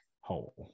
hole